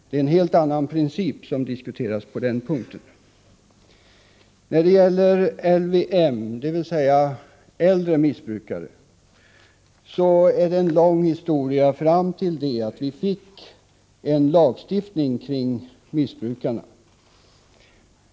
Det är en helt annan princip som diskuteras på den punkten. LVM gäller äldre missbrukare. Det är en lång historia fram till det att vi fick lagen om dessa missbrukare.